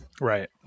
Right